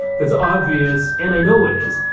that's obvious. and i know it is,